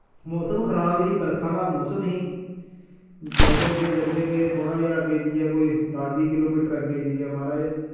मौसम खराब ही बरखा आह्ला मौसम ही जन्दे गे जन्दे गे थोह्ड़ा जेहा अग्गें जाइयै कोई दस बीह् किलोमीटर अग्गें जाइयै माराज